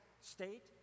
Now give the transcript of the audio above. state